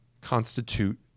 constitute